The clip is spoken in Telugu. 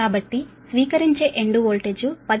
కాబట్టి స్వీకరించే ఎండ్ వోల్టేజ్ 10